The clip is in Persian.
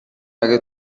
اگه